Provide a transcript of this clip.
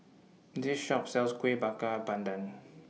This Shop sells Kuih Bakar Pandan